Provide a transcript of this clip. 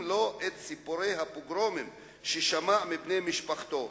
לו את סיפורי הפוגרומים ששמע מבני משפחתו.